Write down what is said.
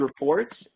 reports